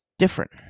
different